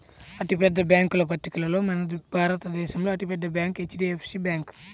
అతిపెద్ద బ్యేంకుల పట్టికలో మన భారతదేశంలో అతి పెద్ద బ్యాంక్ హెచ్.డీ.ఎఫ్.సీ బ్యాంకు